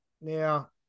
Now